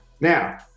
Now